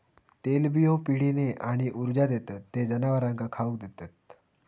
तेलबियो पिढीने आणि ऊर्जा देतत ते जनावरांका खाउक देतत